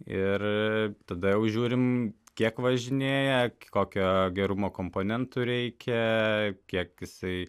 ir tada jau žiūrim kiek važinėja kokio gerumo komponentų reikia kiek jisai